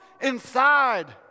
inside